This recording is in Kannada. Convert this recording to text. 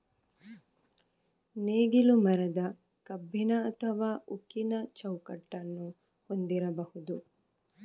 ನೇಗಿಲು ಮರದ, ಕಬ್ಬಿಣ ಅಥವಾ ಉಕ್ಕಿನ ಚೌಕಟ್ಟನ್ನು ಹೊಂದಿರಬಹುದು